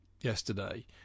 yesterday